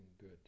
good